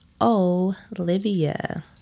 Olivia